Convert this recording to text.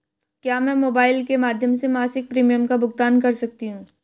क्या मैं मोबाइल के माध्यम से मासिक प्रिमियम का भुगतान कर सकती हूँ?